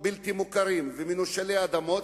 בלתי מוכרים ומנושלי אדמות,